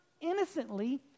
innocently